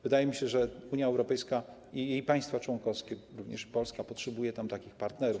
Wydaje mi się, że Unia Europejska i państwa członkowskie, również Polska, potrzebują tam takich partnerów.